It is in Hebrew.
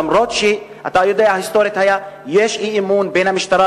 אף-על-פי שאתה יודע שהיסטורית יש אי-אמון בין המשטרה,